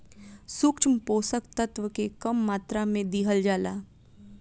सूक्ष्म पोषक तत्व के कम मात्रा में दिहल जाला